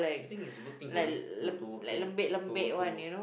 I think it's a good thing for me to to to to to